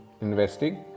investing